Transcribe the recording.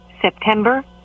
September